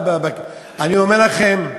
אני אומר לכם,